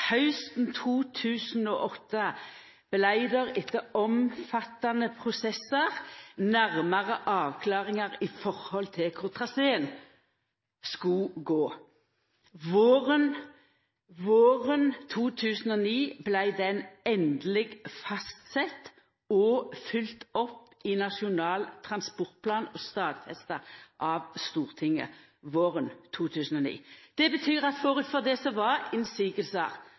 Hausten 2008 kom det etter omfattande prosessar nærmare avklaringar med omsyn til kor traseen skulle gå. Våren 2009 vart dette endeleg fastsett og følgt opp i Nasjonal transportplan, og det vart stadfesta av Stortinget våren 2009. Det betyr at på førehand var innvendingar vurderte. Det betyr at påstandar var